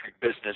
business